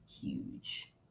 Huge